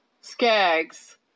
skaggs